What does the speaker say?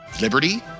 liberty